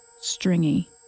stringy